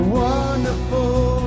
wonderful